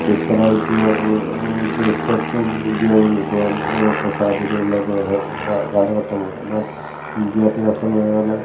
അഭ്യസ്തരായ വ്യക്തി അഭ്യസ്തർക്കും ഉദ്യോഗം കിട്ടുവാനൊക്കെ സാധ്യതയുള്ള കാലഘട്ടമാണ് എന്നാൽ വിദ്യാഭ്യാസമേഖല